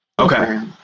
Okay